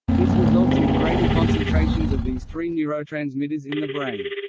this results in greater concentrations of these three neurotransmitters in the brain.